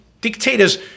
Dictators